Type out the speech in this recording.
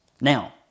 Now